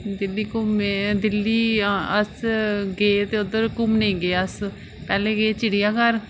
दिल्ली घुम्मे दिल्ली अस गे ते उद्धर घुम्मनै गी गे अस पैह्लें गे चिड़ियाघर